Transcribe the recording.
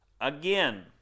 again